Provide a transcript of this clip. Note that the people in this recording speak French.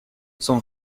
sont